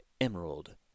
emerald